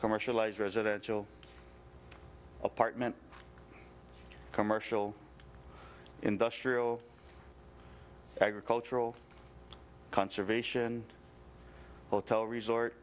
commercialise residential apartment commercial industrial agricultural conservation hotel resort